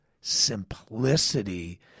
simplicity